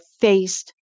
faced